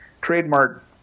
trademark